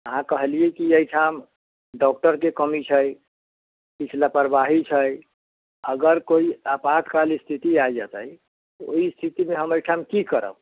अहाँ कहलिऐ कि एहिठाम डॉक्टरके कमी छै किछु लापरवाही छै अगर कोइ आपातकाल स्थिति आ जतै तऽ ओहि स्थितिमे हम एहिठाम की करब